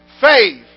faith